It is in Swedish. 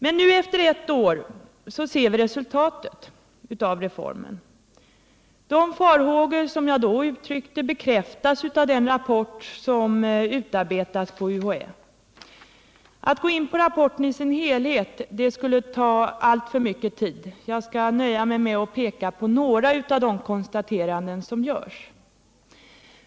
Men nu, efter ett år, ser vi resultatet av reformen. De farhågor jag uttryckte bekräftas av den rapport som utarbetats på UHÄ. Att gå in på rapporten i dess helhet skulle ta alltför mycken tid — jag skall nöja mig med att peka på några av de konstateranden som görs.